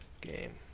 game